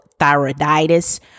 thyroiditis